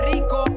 Rico